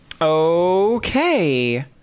Okay